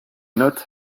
not